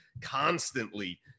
constantly